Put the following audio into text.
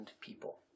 people